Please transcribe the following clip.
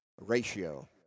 ratio